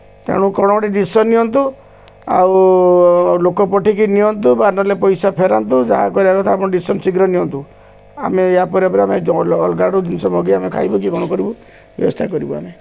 ତେଣୁ କ'ଣ ଗୋଟେ ଡିସିସନ୍ ନିଅନ୍ତୁ ଆଉ ଲୋକ ପଠାଇକି ନିଅନ୍ତୁ ବା ନେହେଲେ ପଇସା ଫେରାନ୍ତୁ ଯାହା କରିବାକୁ କଥା ଆପଣ ଡିସିସନ୍ ଶୀଘ୍ର ନିଅନ୍ତୁ ଆମେ ଏହା ପରେ ପରେ ଆମେ ଅଲଗା ଆଡୁ ଜିନିଷ ମଗାଇ ଆମେ ଖାଇବୁ କି କ'ଣ କରିବୁ ବ୍ୟବସ୍ଥା କରିବୁ ଆମେ